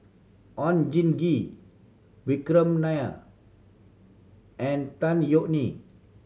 Oon Jin Gee Vikram Nair and Tan Yeok Nee